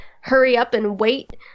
hurry-up-and-wait